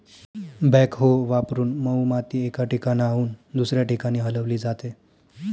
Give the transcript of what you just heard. backhoe वापरून मऊ माती एका ठिकाणाहून दुसऱ्या ठिकाणी हलवली जाते